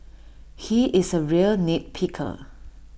he is A real nit picker